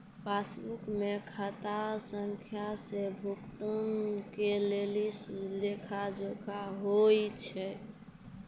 पासबुको मे खाता संख्या से भुगतानो के लेखा जोखा होय छै